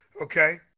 Okay